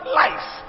life